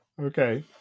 Okay